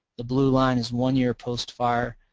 the blue line is one year post fire,